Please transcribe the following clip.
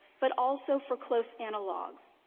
but also for close analogs,